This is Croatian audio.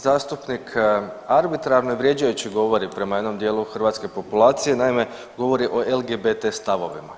Zastupnik arbitrarno i vrijeđajući govori prema jednom dijelu hrvatske populacije, naime, govori o LGBT stavovima.